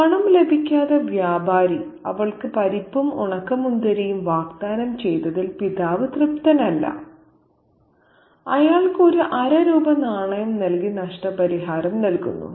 പണം ലഭിക്കാതെ വ്യാപാരി അവൾക്ക് പരിപ്പും ഉണക്കമുന്തിരിയും വാഗ്ദാനം ചെയ്തതിൽ പിതാവ് തൃപ്തനല്ല അയാൾക്ക് ഒരു അര രൂപ നാണയം നൽകി നഷ്ടപരിഹാരം നൽകുന്നു